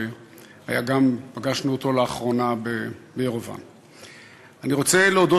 שלאחרונה היה גם,